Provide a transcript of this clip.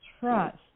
trust